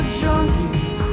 junkies